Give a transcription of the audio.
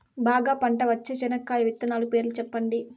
బాగా పంట వచ్చే చెనక్కాయ విత్తనాలు పేర్లు సెప్పండి?